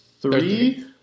Three